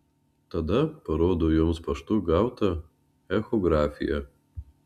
tada parodo joms paštu gautą echografiją